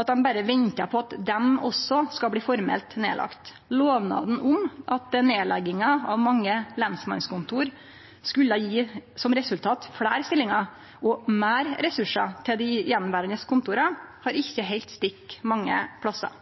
at dei berre ventar på at dei òg skal bli formelt nedlagde. Lovnaden om at nedlegginga av mange lensmannskontor skulle gje som resultat fleire stillingar og meir ressursar til dei attverande kontora, har ikkje halde stikk mange plassar.